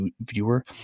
viewer